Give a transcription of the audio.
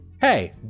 Hey